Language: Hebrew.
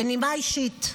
בנימה אישית,